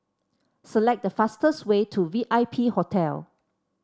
select the fastest way to V I P Hotel